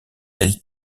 elles